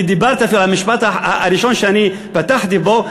המשפט הראשון שפתחתי אתו,